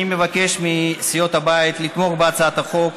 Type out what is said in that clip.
אני מבקש מסיעות הבית לתמוך בהצעת החוק,